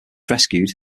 rescued